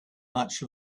much